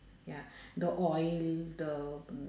ya the oil the